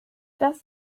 das